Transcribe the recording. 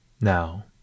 Now